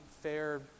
fair